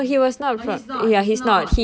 no he was not he's not